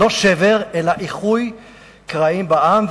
לא שבר אלא איחוי קרעים בעם,